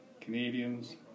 Canadians